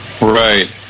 Right